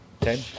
Ten